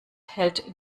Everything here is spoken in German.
hält